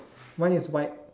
one is white